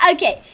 Okay